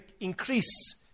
increase